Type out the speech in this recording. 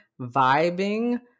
vibing